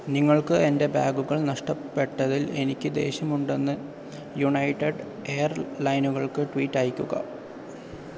നിങ്ങൾക്ക് എന്റെ ബാഗുകൾ നഷ്ടപ്പെട്ടതിൽ എനിക്ക് ദേഷ്യമുണ്ടെന്ന് യുണൈറ്റഡ് എയർലൈനുകൾക്ക് ട്വീറ്റ് അയയ്ക്കുക